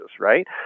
right